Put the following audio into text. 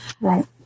Right